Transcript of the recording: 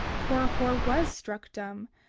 korihor was struck dumb,